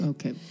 Okay